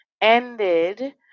ended